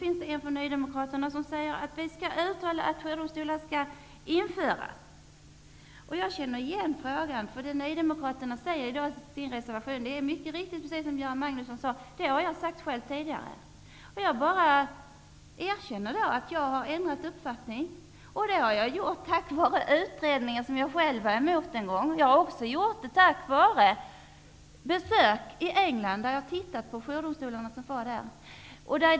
I Nydemokraternas reservation yrkas att riksdagen skall uttala att ungdomsdomstolar skall införas. Jag känner igen frågeställningen. Som Göran Magnusson mycket riktigt sade har jag själv tidigare verkat för det som anförs i Nydemokraternas reservation. Jag erkänner att jag har ändrat uppfattning, bl.a. efter ett besök i England, där jag studerade de engelska jourdomstolarna.